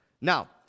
Now